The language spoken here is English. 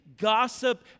gossip